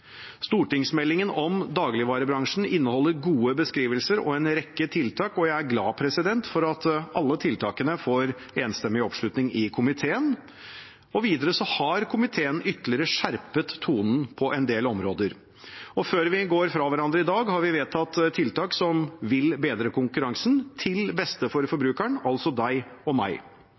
Stortingsmeldingen om dagligvarebransjen inneholder gode beskrivelser og en rekke tiltak, og jeg er glad for at alle tiltakene får enstemmig oppslutning i komiteen. Videre har komiteen ytterligere skjerpet tonen på en del områder, og før vi går fra hverandre i dag, har vi vedtatt tiltak som vil bedre konkurransen til beste for forbrukeren, altså deg og meg.